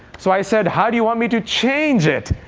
so i said how do you want me to change it?